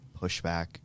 pushback